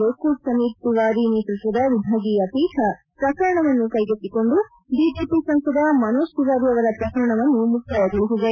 ಲೋಕೂರ್ ಸಮೀದ್ ತಿವಾರಿ ನೇತೃತ್ವದ ವಿಭಾಗೀಯ ಪೀಠ ಪ್ರಕರಣವನ್ನು ಕೈಗೆತ್ತಿಕೊಂಡು ಬಿಜೆಪಿ ಸಂಸದ ಮನೋಜ್ ತಿವಾರಿ ಅವರ ಪ್ರಕರಣವನ್ನು ಮುಕ್ತಾಯಗೊಳಿಸಿದೆ